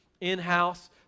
in-house